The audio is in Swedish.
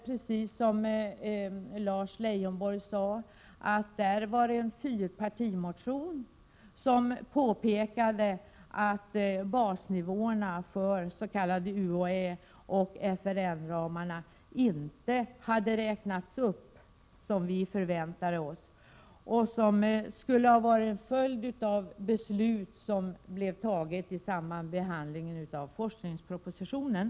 Precis som Lars Leijonborg sade, väcktes det en fyrpartimotion om utrustningsramarna där det påpekades att basnivåerna för de s.k. UHÄ och FRN-ramarna inte hade räknats upp som förväntats, vilket skulle ha varit en följd av det beslut som fattades i samband med behandlingen av forskningspropositionen.